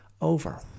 Over